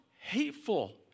hateful